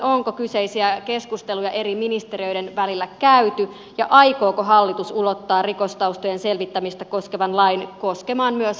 onko kyseisiä keskusteluja eri ministeriöiden välillä käyty ja aikooko hallitus ulottaa rikostaustojen selvittämistä koskevan lain koskemaan myös vapaaehtoistyöntekijöitä